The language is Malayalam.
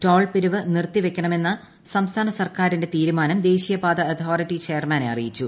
ടോൾ പിരിവ് നിർത്തിവെക്കണമെന്ന സംസ്ഥാന സർക്കാരിന്റെ തീരുമാനം ദേശീയപാത അതോറിറ്റി ചെയർമാനെ അറിയിച്ചു